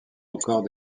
record